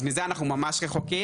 אז מזה אנחנו ממש רחוקים,